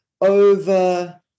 over